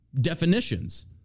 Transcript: definitions